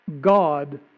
God